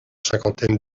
cinquantaine